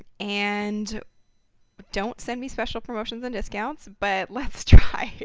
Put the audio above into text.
and don't send me special promotions and discounts, but let's try.